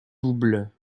double